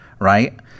right